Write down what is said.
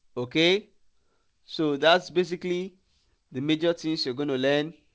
okay so that's basically the major things you're going to learn